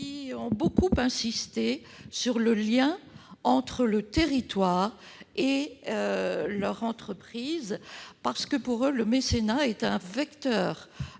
PME ont beaucoup insisté sur le lien entre le territoire et leur entreprise. Pour eux, le mécénat est un vecteur